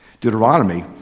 Deuteronomy